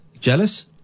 Jealous